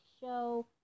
show